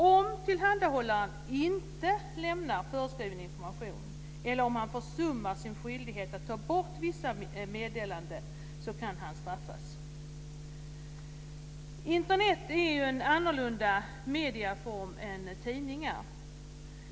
Om tillhandahållaren inte lämnar föreskriven information eller om han försummar sin skyldighet att ta bort vissa meddelanden, kan han straffas. Internet är ju en annorlunda medieform än tidningar.